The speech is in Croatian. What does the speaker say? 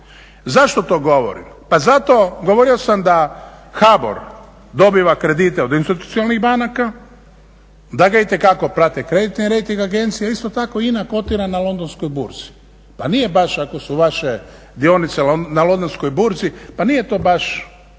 Zašto to govorim? Pa zato, govorio sam da HBOR dobiva kredite od institucionalnih banaka, da ga itekako prati kreditne rejting agencije, isto tako INA kotira na Londonskoj burzi. Pa nije baš ako su vaše dionice na Londonskoj burzi pa nije to baš